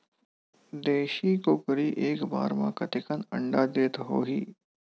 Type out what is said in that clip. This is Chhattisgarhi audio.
देशी कुकरी एक बार म कतेकन अंडा देत होही?